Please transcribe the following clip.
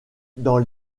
dans